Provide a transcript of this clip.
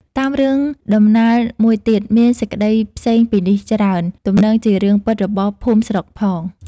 តាមរឿងដំណាលមួយទៀត មានសេចក្ដីផ្សេងពីនេះច្រើន ទំនងជារឿងពិតរបស់ភូមិស្រុកផង។